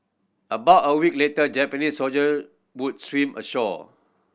about a week later Japanese soldier would swim ashore